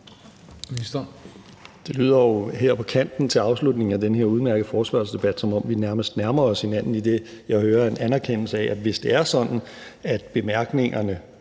Det lyder jo her på kanten til afslutningen af den her udmærkede forespørgselsdebat, som om vi nærmer os hinanden, idet jeg hører en anerkendelse af, at hvis bemærkningerne